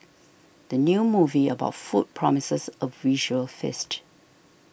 the new movie about food promises a visual feast